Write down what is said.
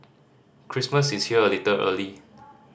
Christmas is here a little early